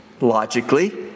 logically